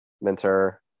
mentor